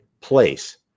place